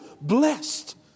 blessed